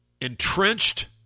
entrenched